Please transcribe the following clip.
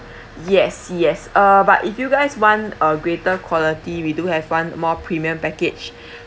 yes yes uh but if you guys want a greater quality we do have one more premium package